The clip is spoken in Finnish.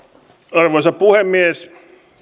arvoisa puhemies